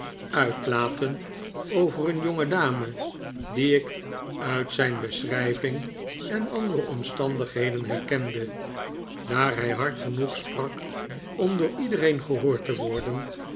uitlaten over een jongedame die ik uit zijn beschrijving en andere omstandigheden herkende daar hij hard genoeg spnak om door iedereen gehoord te worden